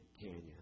Canyon